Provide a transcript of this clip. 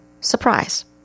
Surprise